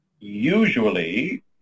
usually